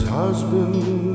husband